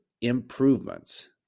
improvements